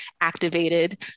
activated